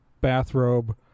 bathrobe